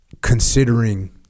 considering